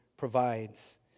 provides